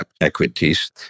equities